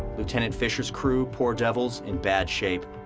lieutenant fischer's crew, poor devils, in bad shape.